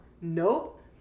Nope